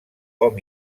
hom